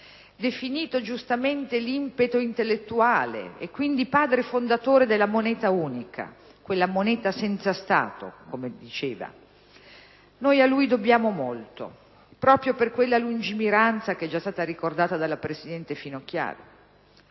definito giustamente l'«impeto intellettuale» e quindi padre fondatore della moneta unica: quella «moneta senza Stato», come diceva. A lui dobbiamo molto, proprio per quella lungimiranza che è già stata ricordata dalla presidente Finocchiaro.